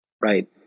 Right